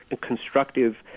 constructive